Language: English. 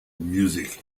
music